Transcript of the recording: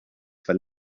fell